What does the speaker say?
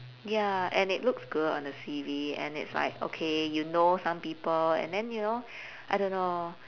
ya and it looks good on the C_V and it's like okay you know some people and then you know I don't know